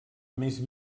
més